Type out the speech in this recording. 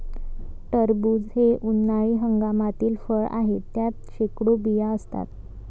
टरबूज हे उन्हाळी हंगामातील फळ आहे, त्यात शेकडो बिया असतात